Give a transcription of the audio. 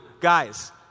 Guys